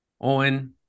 Owen